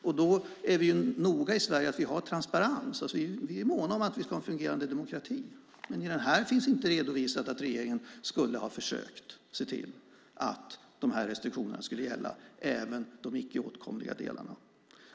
I Sverige är vi noga med att vi har transparens och måna om att vi har en fungerande demokrati. Men här finns inte redovisat att regeringen har försökt se till att de här restriktionerna skulle gälla även de icke åtkomliga delarna.